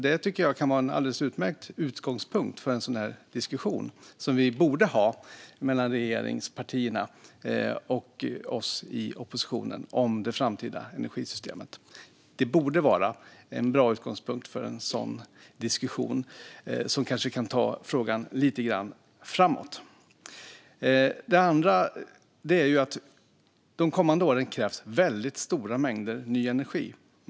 Detta tycker jag kan vara en alldeles utmärkt utgångspunkt för den diskussion som borde föras mellan regeringspartierna och oss i oppositionen om det framtida energisystemet. Det borde vara en bra utgångspunkt för en sådan diskussion, som kanske kan ta frågan lite framåt. De kommande åren kommer det att krävas väldigt stora mängder ny energi.